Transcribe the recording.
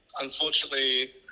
unfortunately